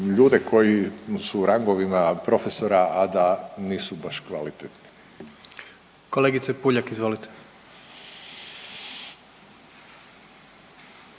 ljude koji su u rangovima profesora, a da nisu baš kvalitetni. **Jandroković,